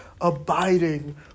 abiding